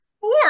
four